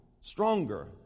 stronger